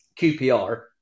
QPR